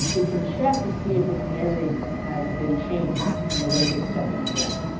it can check to see if the canary has been changed in a way that's that's incorrect.